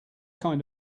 kind